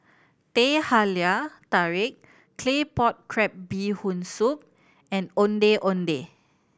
Teh Halia Tarik Claypot Crab Bee Hoon Soup and Ondeh Ondeh